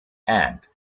and